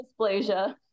dysplasia